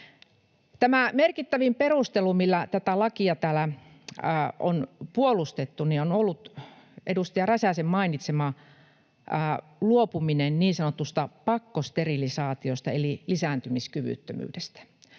Merkittävin perustelu, millä tätä lakia täällä on puolustettu, on ollut edustaja Räsäsen mainitsema luopuminen niin sanotusta pakkosterilisaatiosta eli lisääntymiskyvyttömyydestä.